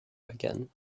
again